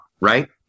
right